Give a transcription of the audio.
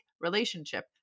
relationship